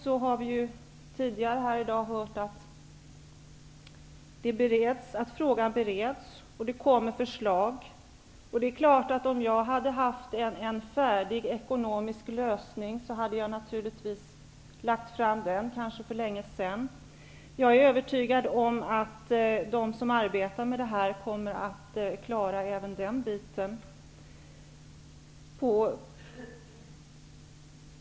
Vi har tidigare i dag hört att frågan bereds och att det kommer att läggas fram förslag. Om jag hade haft en färdig ekonomisk lösning, hade jag naturligtvis lagt fram den. Det hade kanske skett för länge sedan. Jag är övertygad om att de som arbetar med denna fråga kommer att klara även detta.